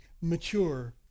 mature